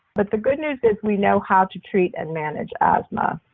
but the good news is we know how to treat and manage asthma.